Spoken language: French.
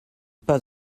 pas